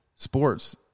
sports